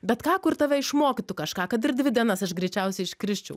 bet ką kur tave išmokytų kažką kad ir dvi dienas aš greičiausiai iškrisčiau